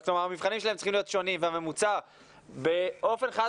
בעצם המבחנים שלהם צריכים להיות שונים והממוצע באופן חד